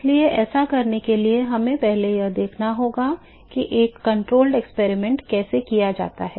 इसलिए ऐसा करने के लिए हमें पहले यह देखना होगा कि एक नियंत्रित प्रयोग कैसे किया जाता है